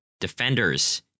Defenders